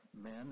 men